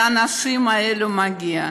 לאנשים האלו מגיע,